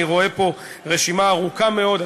שאני רואה פה רשימה ארוכה מאוד,